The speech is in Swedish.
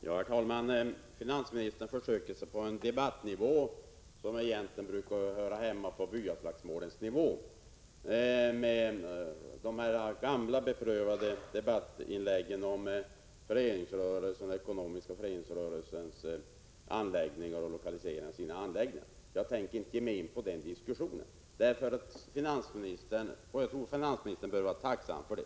Herr talman! Finansministern lägger sig på den debattnivå där byaslagsmålen brukar höra hemma när han tar till de gamla, beprövade debattinläggen om den ekonomiska föreningsrörelsen och dess lokalisering av sina anläggningar. Jag tänker inte ge mig in på den diskussionen, och jag tror att finansministern bör vara tacksam för det.